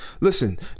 Listen